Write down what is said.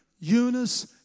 Eunice